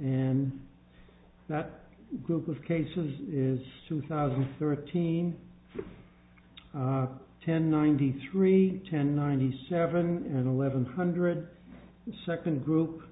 and that group of cases is two thousand and thirteen ten ninety three ten ninety seven and eleven hundred second group